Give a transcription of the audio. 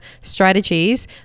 strategies